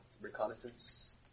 reconnaissance